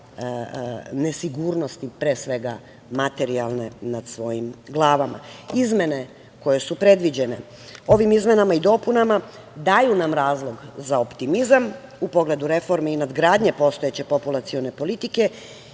nesigurnosti, pre svega materijalne, nad svojim glavama. Izmene koje su predviđene. Ove izmene i dopune daju nam razlog za optimizam u pogledu reformi i nadgradnje postojeće populacione politike